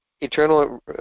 eternal